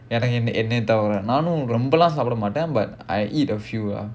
நானும் ரொம்பலாம் சாப்பிடமாட்டேன்:naanum rombalaam saapida maattaen but I eat a few lah